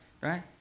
right